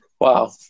Wow